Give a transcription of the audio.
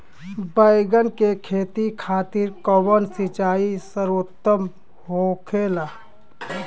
बैगन के खेती खातिर कवन सिचाई सर्वोतम होखेला?